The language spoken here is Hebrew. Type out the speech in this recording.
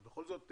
אבל בכל זאת,